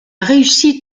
réussite